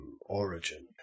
origin